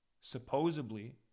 supposedly